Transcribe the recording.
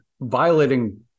violating